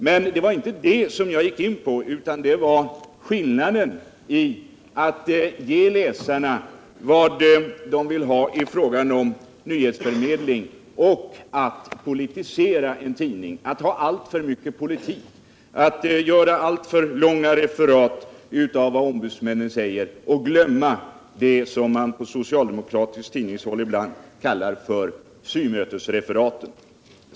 Men det var inte detta jag gick in på, utan skillnaden mellan att ge läsarna vad de vill ha i fråga om nyhetsförmedling och att politisera en tidning — att göra alltför långa referat av vad ombudsmän säger och glömma det som man på socialdemokratiskt tidningshåll ibland kallar för symötesreferat.